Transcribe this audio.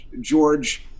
George